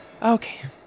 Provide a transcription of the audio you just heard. Okay